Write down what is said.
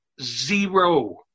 zero